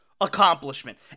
accomplishment